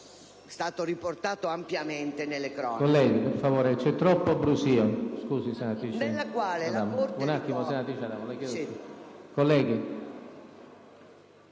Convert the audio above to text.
è stato riportato ampiamente nelle cronache),